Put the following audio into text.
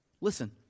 Listen